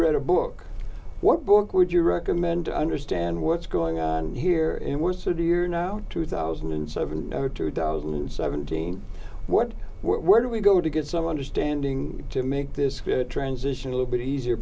wrote a book what book would you recommend to understand what's going on here in one city are now two thousand and seven or two thousand and seventeen what we're do we go to get some understanding to make this transition a little bit easier